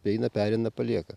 paeina pereina palieka